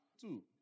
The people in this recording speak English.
Two